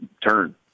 turn